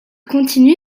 continue